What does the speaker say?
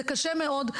זה קשה מאוד.